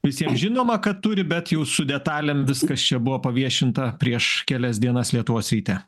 visiems žinoma kad turi bet jau su detalėm viskas čia buvo paviešinta prieš kelias dienas lietuvos ryte